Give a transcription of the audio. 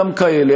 גם כאלה,